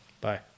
bye